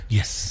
Yes